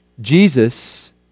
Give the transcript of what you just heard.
Jesus